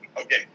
Okay